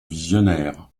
visionnaire